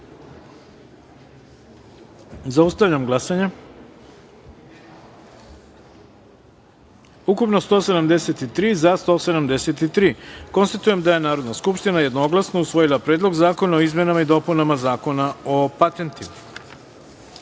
taster. Zaustavljam glasanje: ukupno – 173, za – 173.Konstatujem da je Narodna skupština jednoglasno usvojila Predlog zakona o izmena i dopunama Zakona o patentima. Pošto